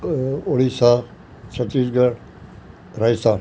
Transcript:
अ Odisha Chhattisgarh Rajasthan